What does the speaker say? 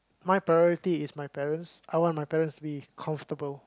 my priority is my parents I want my parents to be comfortable